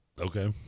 Okay